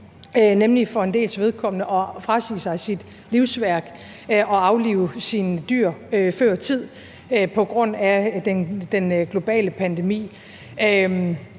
nemlig for en dels vedkommende at frasige sig deres livsværk og aflive deres dyr før tid på grund af den globale pandemi.